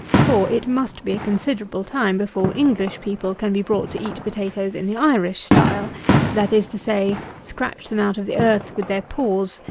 for it must be a considerable time before english people can be brought to eat potatoes in the irish style that is to say, scratch them out of the earth with their paws,